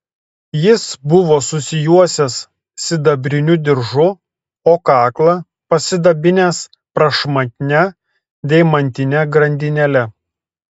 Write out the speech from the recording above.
jis buvo susijuosęs sidabriniu diržu o kaklą pasidabinęs prašmatnia deimantine grandinėle